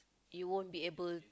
you won't be able